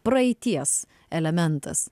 praeities elementas